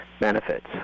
benefits